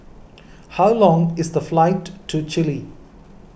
how long is the flight to Chile